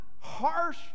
harsh